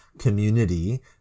community